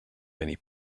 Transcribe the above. many